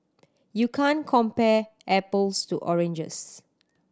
you can't compare apples to oranges